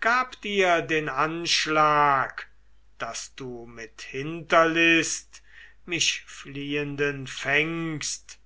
gab dir den anschlag daß du mit hinterlist mich fliehenden fängst